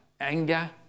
anger